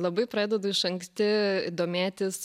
labai pradedu iš anksti domėtis